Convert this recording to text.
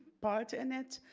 part in it.